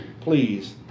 please